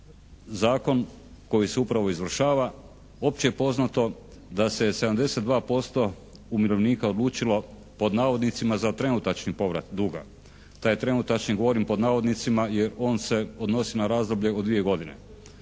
zakon koji se upravo izvršava. Opće je poznato da se je 72% umirovljenika odlučilo, pod navodnicima, "za trenutačni povrat duga". Taj "trenutačni" govorim pod navodnicima, jer on se odnosi na razdoblje od dvije godine.